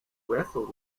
wrestled